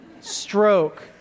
stroke